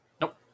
Nope